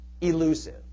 elusive